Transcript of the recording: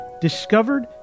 discovered